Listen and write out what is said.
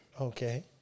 Okay